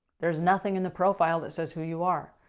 there's nothing in the profile that says who you are.